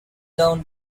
down